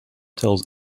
tells